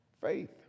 Faith